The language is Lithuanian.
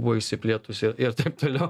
buvo išsiplėtusi ir taip toliau